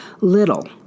Little